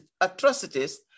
atrocities